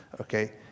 okay